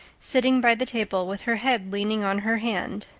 sitting by the table with her head leaning on her hand.